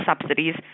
subsidies